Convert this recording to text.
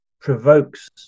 provokes